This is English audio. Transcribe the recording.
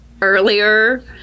earlier